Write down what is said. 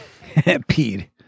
peed